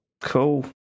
Cool